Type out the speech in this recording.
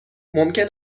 ممکن